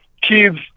kids